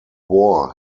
war